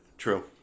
True